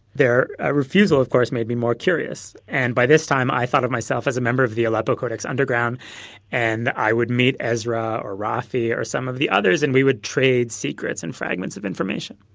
their ah refusal of course made me more curious. and by this time i thought of myself as a member of the aleppo codex underground and i would meet ezra or rafi or some of the others and we would trade secrets and fragments of information